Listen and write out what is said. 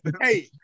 hey